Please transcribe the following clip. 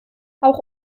auch